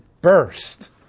burst